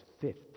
Fifth